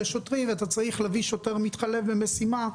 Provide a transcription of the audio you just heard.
שוטרים ואתה צריך להביא שוטר מתחלף במשימה,